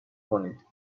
کنید